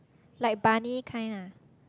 like bunny kind ah